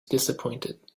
disappointed